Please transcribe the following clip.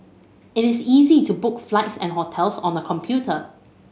it is easy to book flights and hotels on the computer